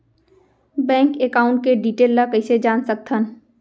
Bank account के detail ल कइसे जान सकथन?